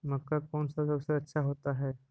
मक्का कौन सा सबसे अच्छा होता है?